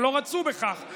אבל לא רצו בכך,